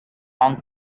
hong